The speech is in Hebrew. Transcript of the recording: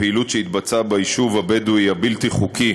פעילות שהתבצעה ביישוב הבדואי הבלתי-חוקי